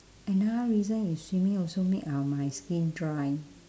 another reason is swimming also make our my skin dry